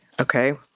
okay